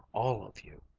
all of you.